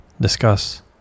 discuss